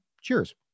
cheers